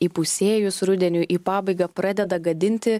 įpusėjus rudeniui į pabaigą pradeda gadinti